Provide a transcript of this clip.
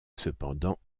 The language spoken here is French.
cependant